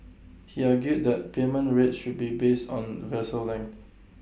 he argued that payment rates should be based on vessel length